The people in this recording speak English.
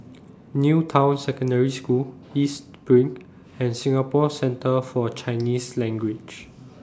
New Town Secondary School East SPRING and Singapore Centre For Chinese Language